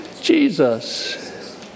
Jesus